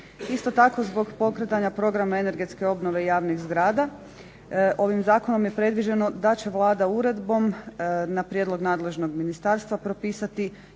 Isto tako zbog pokretanja programa energetske obnove javnih zgrada ovim Zakonom je predviđeno da će Vlada uredbom na prijedlog nadležnog ministarstva propisati